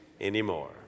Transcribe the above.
anymore